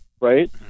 right